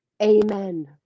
amen